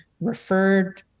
referred